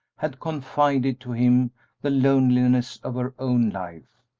had confided to him the loneliness of her own life.